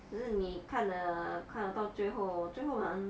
可是你看了看了到最后最后蛮